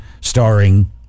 starring